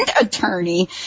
Attorney